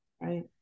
right